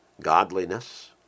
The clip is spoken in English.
godliness